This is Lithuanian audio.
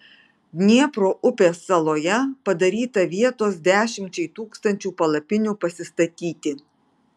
dniepro upės saloje padaryta vietos dešimčiai tūkstančių palapinių pasistatyti